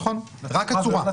נכון, רק לצורה.